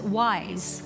wise